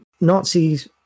Nazis